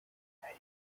hari